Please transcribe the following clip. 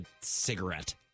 cigarette